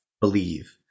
believe